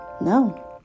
no